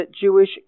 Jewish